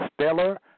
stellar